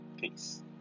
Peace